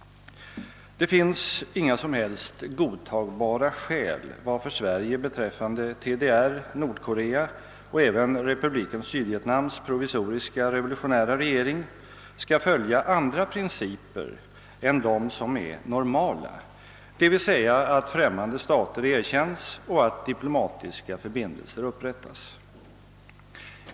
Det finns inga som helst godtagbara skäl till att Sverige beträffande DDR, Nordkorea och även republiken Sydvietnams provisoriska revolutionära regering skall följa andra principer än de som är normala, d. v. s. att främmande stater erkänns och att diplomatiska förbindelser upprättas.